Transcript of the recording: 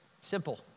simple